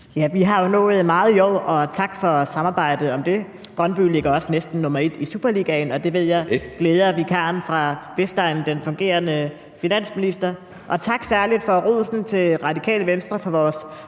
Vi har jo nået meget i år, og tak for samarbejdet om det. Brøndby ligger også næsten nummer et i superligaen, og det ved jeg glæder vikaren fra Vestegnen, den fungerende finansminister. Og særlig tak for rosen til Det Radikale Venstre for vores